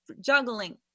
juggling